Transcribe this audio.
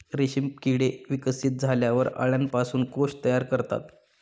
रेशीम किडे विकसित झाल्यावर अळ्यांपासून कोश तयार करतात